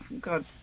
God